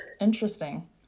Interesting